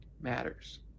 matters